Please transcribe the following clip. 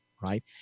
right